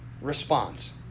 response